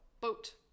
Boat